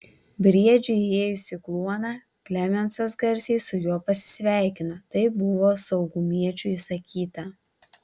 briedžiui įėjus į kluoną klemensas garsiai su juo pasisveikino taip buvo saugumiečių įsakyta